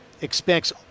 expects